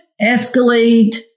escalate